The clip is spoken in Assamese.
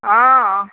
অ অ